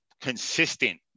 consistent